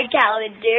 calendar